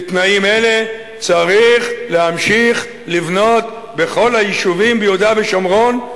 כשאמר שבתנאים אלה צריך להמשיך לבנות בכל היישובים ביהודה ושומרון.